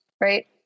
right